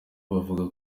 bavuga